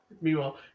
Meanwhile